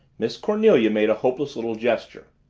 miss cornelia made a hopeless little gesture.